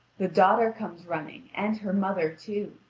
the daughter comes running, and her mother too.